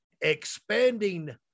expanding